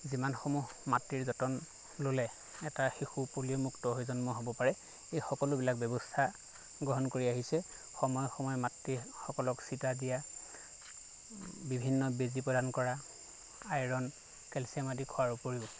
যিমানসমূহ মাতৃৰ যতন ল'লে এটা শিশু পলিঅ'মুক্ত হৈ জন্ম ল'ব পাৰে এই সকলোবিলাক ব্যৱস্থা গ্ৰহণ কৰি আহিছে সময়ে সময়ে মাতৃসকলক চিটা দিয়া বিভিন্ন বেজি প্ৰদান আইৰণ কেলছিয়াম আদি খোৱাৰ উপৰিও